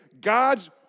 God's